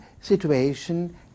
situation